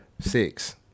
Six